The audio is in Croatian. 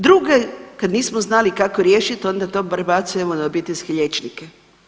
Druge kad nismo znali kako riješiti onda to prebacujemo na obiteljske liječnike.